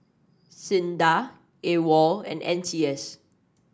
sINDA AWOL and N C S